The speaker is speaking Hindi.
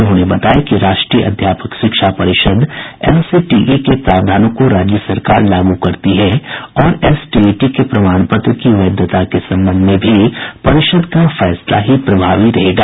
उन्होंने बताया कि राष्ट्रीय अध्यापक शिक्षा परिषद एनसीटीई के प्रावधानों को राज्य सरकार लागू करती है और एसटीईटी के प्रमाण पत्र की वैधता के संबंध में भी परिषद् का फैसला ही प्रभावी रहेगा